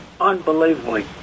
unbelievably